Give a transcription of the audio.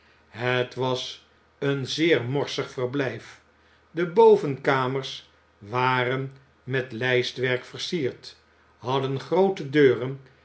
het was een zeer morsig verblijf de bovenkamers waren met lijstwerk versierd hadden groote deuren